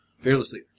fearlessly